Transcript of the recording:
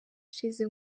ishize